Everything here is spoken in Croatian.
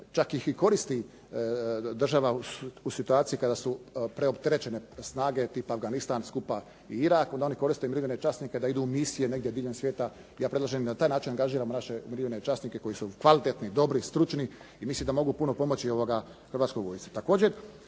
Čak ih i koristi država u situaciji kada su preopterećene snage tipa Afganistan skupa i Irak. Onda oni koriste umirovljene časnike da idu u misije negdje diljem svijeta. Ja predlažem da na taj način angažiramo naše umirovljene časnike koji su kvalitetni, dobri i stručni i mislim da mogu puno pomoći Hrvatskoj vojsci.